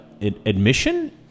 admission